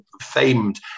famed